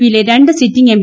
പിയിലെ രണ്ട് sitting M